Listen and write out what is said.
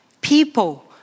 people